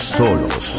solos